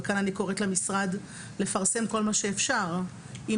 וכאן אני קוראת למשרד לפרסם את כל מה שאפשר,